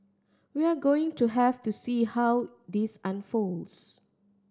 we're going to have to see how this unfolds